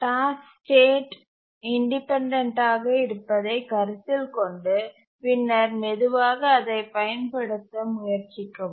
task state independent ஆக இருப்பதைக் கருத்தில் கொண்டு பின்னர் மெதுவாக அதைப் பயன்படுத்த முயற்சிக்கவும்